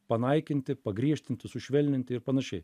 panaikinti pagriežtinti sušvelninti ir panašiai